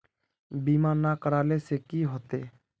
बीमा ना करेला से की होते?